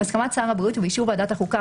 בהסכמת שר הבריאות ובאישור ועדת החוקה,